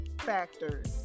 factors